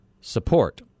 support